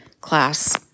class